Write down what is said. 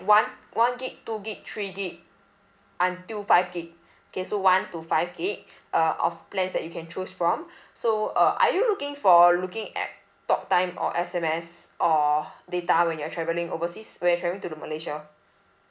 one one gig two gig three gig until five gig okay so one to five gig uh of plans that you can choose from so uh are you looking for looking at talk time or S_M_S or data when you're travelling overseas when you travelling to the malaysia